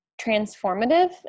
transformative